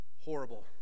horrible